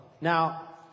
Now